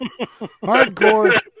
Hardcore